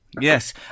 Yes